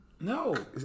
No